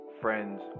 friends